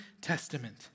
testament